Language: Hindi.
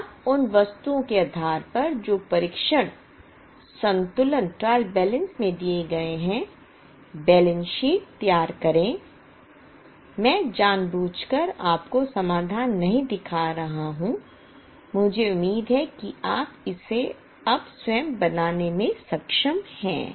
अब उन वस्तुओं के आधार पर जो परीक्षण संतुलन में दिए गए हैं बैलेंस शीट तैयार करें मैं जानबूझकर आपको समाधान नहीं दिखा रहा हूं मुझे उम्मीद है कि आप इसे अब स्वयं बनाने में सक्षम हैं